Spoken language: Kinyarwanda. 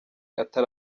atari